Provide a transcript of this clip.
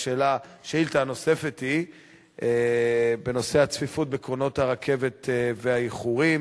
השאילתא הנוספת היא בנושא הצפיפות בקרונות הרכבת והאיחורים,